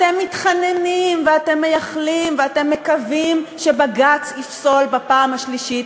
אתם מתחננים ואתם מייחלים ואתם מקווים שבג"ץ יפסול בפעם השלישית,